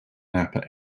napa